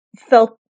felt